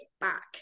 back